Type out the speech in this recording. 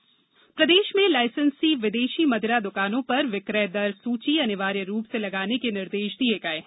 मदिरा लायसेंस प्रदेश में लायसेंसी विदेशी मदिरा दुकानों पर विक्रय दर सूची अनिवार्य रूप से लगाने के निर्देश दिये गये है